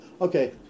okay